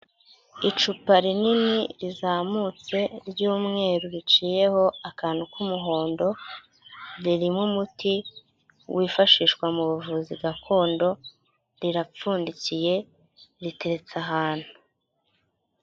Icupa rinini rizamutse ry'yumweru riciyeho akantu k'umuhondo, ririmo umuti wifashishwa mu buvuzi gakondo rirapfundikiye ritetse ahantu.